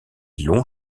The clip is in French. longs